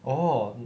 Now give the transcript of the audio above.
orh